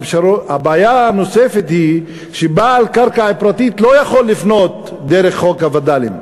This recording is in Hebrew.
הבעיה הנוספת היא שבעל קרקע פרטית לא יכול לבנות דרך חוק הווד"לים,